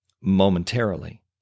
momentarily